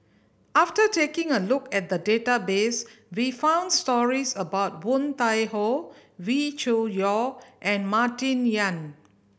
after taking a look at the database we found stories about Woon Tai Ho Wee Cho Yaw and Martin Yan